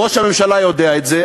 ראש הממשלה יודע את זה,